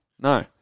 No